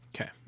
Okay